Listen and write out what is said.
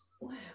Wow